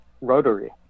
Rotary